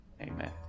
Amen